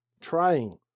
trying